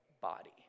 body